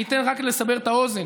רק כדי לסבר את האוזן,